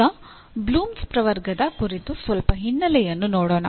ಈಗ ಬ್ಲೂಮ್ಸ್ ಪ್ರವರ್ಗದ ಕುರಿತು ಸ್ವಲ್ಪ ಹಿನ್ನೆಲೆಯನ್ನು ನೋಡೋಣ